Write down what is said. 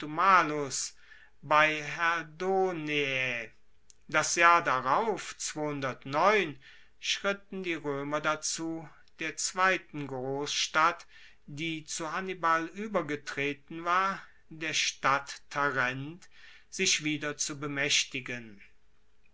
bei herdoneae das jahr darauf schritten die roemer dazu der zweiten grossstadt die zu hannibal uebergetreten war der stadt tarent sich wieder zu bemaechtigen